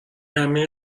همین